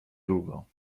długo